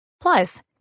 Plus